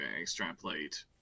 extrapolate